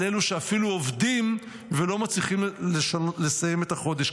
על אלו שאפילו עובדים ולא מצליחים לסיים את החודש.